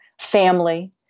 family